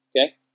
okay